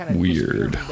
weird